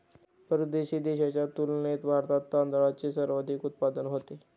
परदेशी देशांच्या तुलनेत भारतात तांदळाचे सर्वाधिक उत्पादन होते